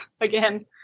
again